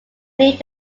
need